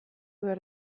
behar